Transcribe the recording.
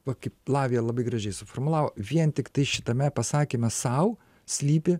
va kaip latvija labai gražiai suformulavo vien tiktai šitame pasakyme sau slypi